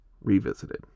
revisited